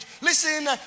Listen